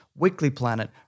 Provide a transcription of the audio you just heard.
weeklyplanet